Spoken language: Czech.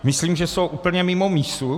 Myslím, že jsou úplně mimo mísu.